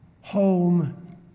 home